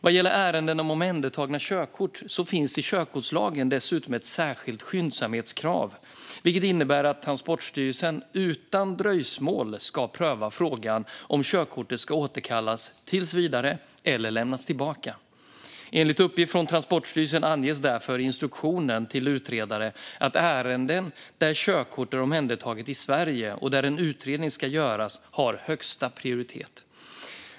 Vad gäller ärenden om omhändertagna körkort finns i körkortslagen dessutom ett särskilt skyndsamhetskrav, vilket innebär att Transportstyrelsen utan dröjsmål ska pröva frågan om körkortet ska återkallas tills vidare eller lämnas tillbaka. Enligt uppgift från Transportstyrelsen anges därför i instruktionen till utredare att ärenden där körkort är omhändertaget i Sverige och där en utredning ska göras har högsta prioritet.